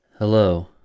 Hello